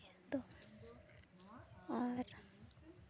ᱤᱭᱟᱹ ᱫᱚ ᱟᱨ